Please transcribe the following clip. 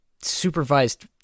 supervised